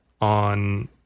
on